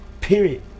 Period